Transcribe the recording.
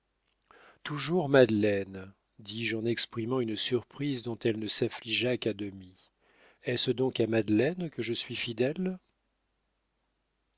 toujours madeleine dis-je en exprimant une surprise dont elle ne s'affligea qu'à demi est-ce donc à madeleine que je suis fidèle